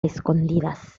escondidas